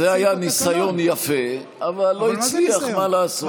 זה היה ניסיון יפה, אבל הוא לא הצליח, מה לעשות?